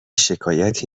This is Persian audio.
شکایتی